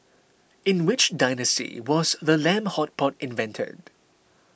in which dynasty was the lamb hot pot invented